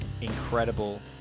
incredible